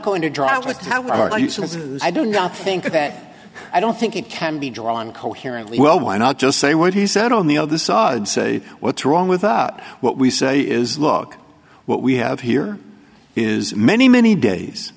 going to drive like how are you so as i do not think that i don't think it can be drawn coherently well why not just say what he said on the other side say what's wrong with up what we say is look what we have here is many many days